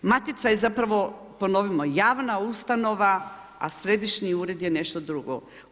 Matica je zapravo, ponovimo, javna ustanova, a Središnji ured je nešto drugo.